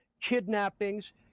kidnappings